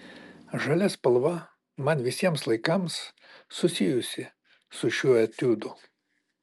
žalia spalva man visiems laikams susijusi su šiuo etiudu